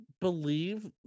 believe